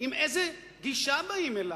עם איזו גישה באים אליו,